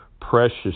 precious